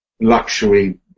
luxury